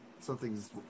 Something's